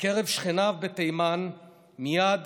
בקרב שכניו בתימן מייד